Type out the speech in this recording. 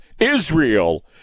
Israel